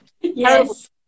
Yes